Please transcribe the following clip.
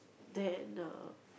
then uh